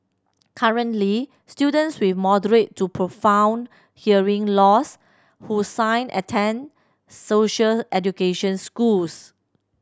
currently students with moderate to profound hearing loss who sign attend social education schools